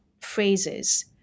phrases